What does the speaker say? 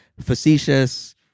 facetious